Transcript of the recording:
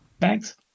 Thanks